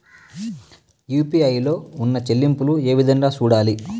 UPI లో ఉన్న చెల్లింపులు ఏ విధంగా సూడాలి